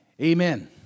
Amen